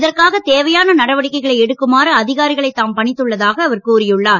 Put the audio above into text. இதற்காக தேவையான நடவடிக்கைகளை எடுக்குமாறு அதிகாரிகளை தாம் பணித்துள்ளதாக அவர் கூறியுள்ளார்